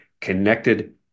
connected